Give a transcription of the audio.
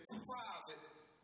private